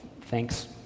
thanks